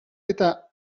eta